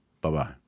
Bye-bye